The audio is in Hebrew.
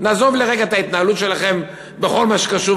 נעזוב רגע את ההתנהלות שלכם בכל מה שקשור,